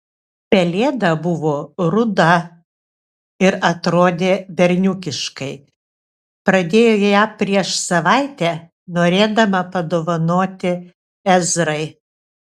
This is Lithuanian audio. pelėda buvo ruda ir atrodė berniukiškai pradėjo ją prieš savaitę norėdama padovanoti ezrai